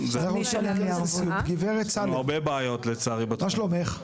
גב' סאלם, מה שלומך?